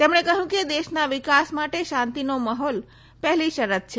તેમણે કહ્યું કે દેશના વિકાસ માટે શાંતિનો માહોલ પહેલી શકત છે